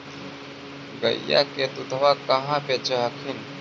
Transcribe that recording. गया के दूधबा कहाँ बेच हखिन?